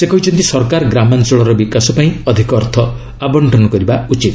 ସେ କହିଛନ୍ତି ସରକାର ଗ୍ରାମାଞ୍ଚଳର ବିକାଶ ପାଇଁ ଅଧିକ ଅର୍ଥ ଆବଶ୍ଚନ କରିବା ଉଚିତ